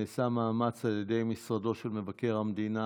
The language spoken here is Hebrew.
נעשה מאמץ על ידי משרדו של מבקר המדינה